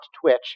twitch